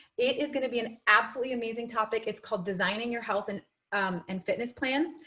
it is going to be an absolutely amazing topic. it's called designing your health and and fitness plan,